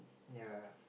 ya